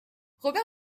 robert